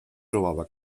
trobava